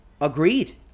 Agreed